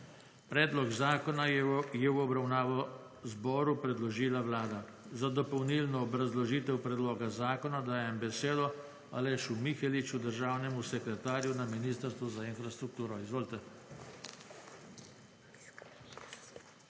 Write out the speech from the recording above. Predlog zakona je v obravnavo zboru predložila Vlada. Za dopolnilno obrazložitev predloga zakona dajem besedo Alešu Miheliču, državnemu sekretarju na Ministrstvu za infrastrukturo. Izvolite.